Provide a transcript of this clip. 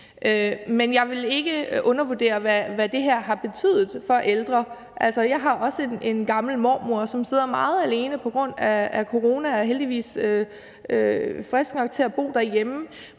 Men jeg vil ikke undervurdere, hvad det her har betydet for ældre. Jeg har også en gammel mormor, som sidder meget alene på grund af corona og heldigvis er frisk nok til at bo derhjemme,